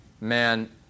man